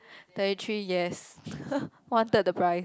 thirty three years one third the price